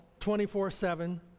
24-7